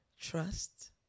Trust